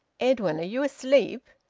edwin, are you asleep?